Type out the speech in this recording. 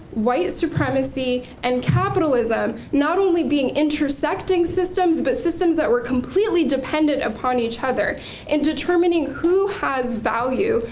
white supremacy, and capitalism not only being intersecting systems, but systems that were completely dependent upon each other in determining who has value,